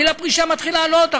גיל הפרישה מתחיל לעלות,